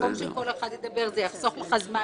במקום שכל אחד ידבר, זה יחסוך לך זמן.